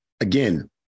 again